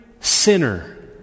sinner